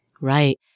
Right